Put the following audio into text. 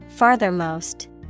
Farthermost